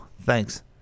Thanks